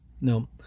No